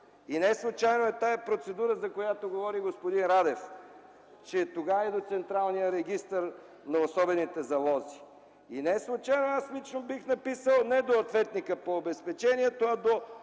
4, неслучайно е тази процедура, за която говори господин Радев – че тогава и до Централния регистър на особените залози. Аз лично бих написал не до ответника по обезпечението, а до